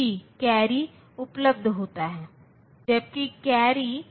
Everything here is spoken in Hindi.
यह x 3 के और y 4 के बराबर क्या यह इस प्रणाली का समाधान हो सकता है